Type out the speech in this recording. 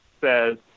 says